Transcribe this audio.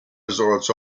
resorts